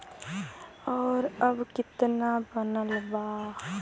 और अब कितना बनल बा?